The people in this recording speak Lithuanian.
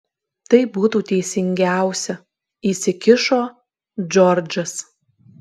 tai būtų teisingiausia įsikišo džordžas